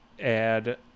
add